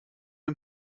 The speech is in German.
dem